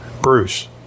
Bruce